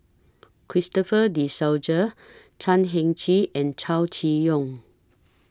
Christopher De Souza Chan Heng Chee and Chow Chee Yong